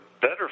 better